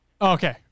Okay